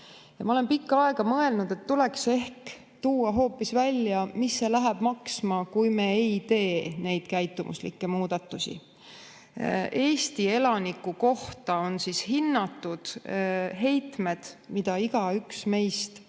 Ma olen pikka aega mõelnud, et tuleks ehk tuua hoopis välja, mida läheks maksma see, kui me ei tee neid käitumuslikke muudatusi. Eesti elaniku kohta on hinnatud, et heitmed, mida igaüks meist tekitab,